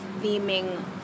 theming